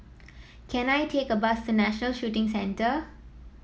can I take a bus to National Shooting Centre